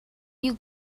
you